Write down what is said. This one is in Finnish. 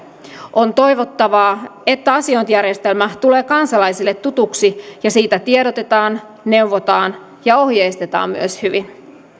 on toivottavaa että asiointijärjestelmä tulee kansalaisille tutuksi ja siitä tiedotetaan neuvotaan ja ohjeistetaan myös hyvin